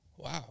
Wow